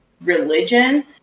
religion